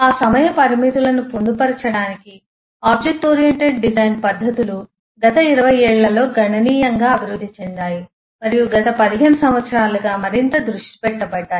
ఆ సమయ పరిమితులను పొందుపరచడానికి ఆబ్జెక్ట్ ఓరియెంటెడ్ డిజైన్ పద్ధతులు గత 20 ఏళ్లలో గణనీయంగా అభివృద్ధి చెందాయి మరియు గత 15 సంవత్సరాలుగా మరింత దృష్టి పెట్టబడ్డాయి